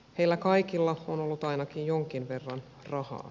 heillä kaikilla on ollut ainakin jonkin verran rahaa